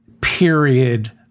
period